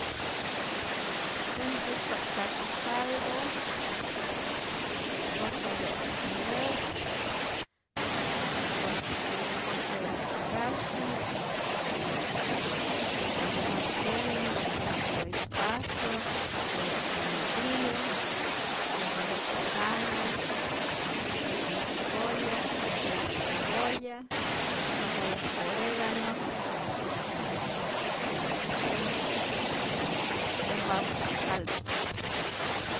Äj ntzäkpa't kasyi caldo nkojtapya't nyä, n n nkojtapya't kasyi, cuando nap känhu nhkojtapya't apit pasok, nkojtapya't kamotiyo, nkojtapya't kana, nkojtapya't koya', nkojtapya't cebolla, nkojtapya't oregano y ja'ku känhu ompapä caldo.